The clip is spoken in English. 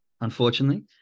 Unfortunately